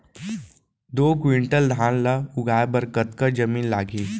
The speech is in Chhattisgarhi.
दो क्विंटल धान ला उगाए बर कतका जमीन लागही?